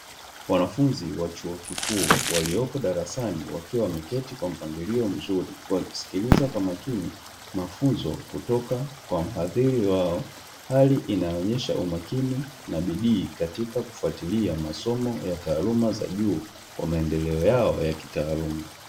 Wanafunzi wa chuo kikuu walioko darasani wakiwa wameketi kwa mpangilio nzuri wakisikiza kwa makini mafunzo kutoka kwa mhadhiri wao. Hali inayoonyesha umakini na bidii katika kufuatilia masomo ya taaluma za juu kwa maendeleo yao ya kitaaluma.